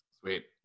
Sweet